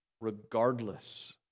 regardless